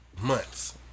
months